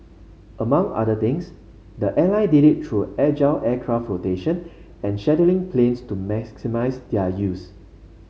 among other things the airline did it through agile aircraft rotation and scheduling planes to maximise their use